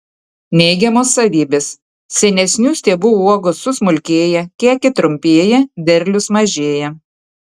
neigiamos savybės senesnių stiebų uogos susmulkėja kekė trumpėja derlius mažėja